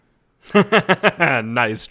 Nice